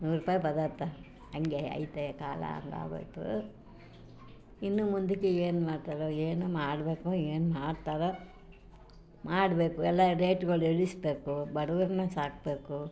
ನೂರು ರೂಪಾಯಿ ಪದಾರ್ಥ ಹಾಗೆ ಐತೆ ಕಾಲ ಹಾಗಾಗೋಯ್ತು ಇನ್ನು ಮುಂದಕ್ಕೆ ಏನು ಮಾಡ್ತಾರೊ ಏನು ಮಾಡಬೇಕೊ ಏನು ಮಾಡ್ತಾರೊ ಮಾಡಬೇಕು ಎಲ್ಲ ರೇಟುಗಳ ಇಳಿಸಬೇಕು ಬಡವರನ್ನ ಸಾಕಬೇಕು